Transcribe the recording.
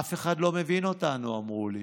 אף אחד לא מבין אותנו, אמרו לי.